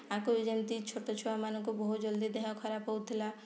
ଆଗରୁ ଯେମିତି ଛୋଟ ଛୁଆମାନଙ୍କୁ ବହୁତ୍ ଜଲ୍ଦି ଦେହ ଖରାପ ହଉ ଥିଲା